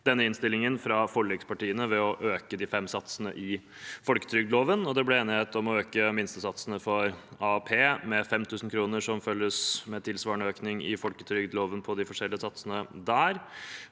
denne innstillingen fra forlikspartiene ved å øke de fem satsene i folketrygdloven. Det ble også enighet om å øke minstesatsene for AAP med 5 000 kr, som følges opp med tilsvarende økning i folketrygdloven på de forskjellige satsene der.